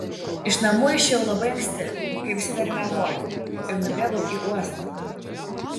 iš namų išėjau labai anksti kai visi dar miegojo ir nubėgau į uostą